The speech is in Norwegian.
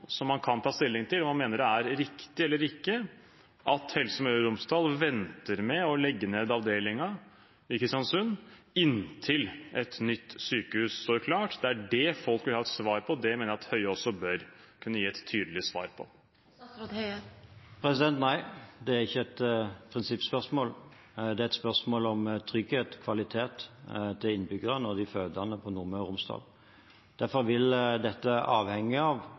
som man kan ta stilling til, om man mener det riktig eller ikke at Helse Møre og Romsdal venter med å legge ned avdelingen i Kristiansund inntil et nytt sykehus står klart. Det er det folk vil ha et svar på. Det mener jeg at også Høie bør kunne gi et tydelig svar på. Nei, det er ikke et prinsippspørsmål, det er et spørsmål om trygghet og kvalitet for innbyggerne og de fødende på Nordmøre og i Romsdal. Derfor vil dette avhenge av